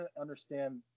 understand